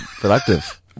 productive